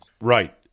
Right